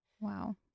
wow